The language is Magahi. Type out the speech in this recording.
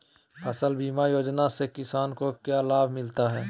फसल बीमा योजना से किसान को क्या लाभ मिलता है?